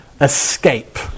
escape